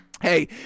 hey